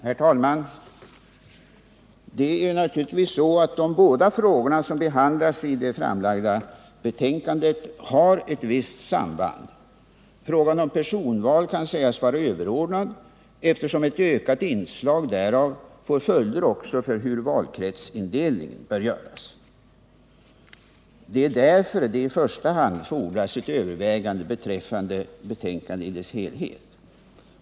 Herr talman! Det är naturligtvis så att de båda frågor som behandlas i det framlagda betänkandet har ett visst samband. Frågan om personval kan sägas vara överordnad, eftersom ett ökat inslag därav får följder också för hur valkretsindelningen bör göras. Det är därför det i första hand fordras ett övervägande beträffande betänkandet i dess helhet.